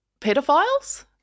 pedophiles